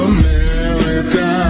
America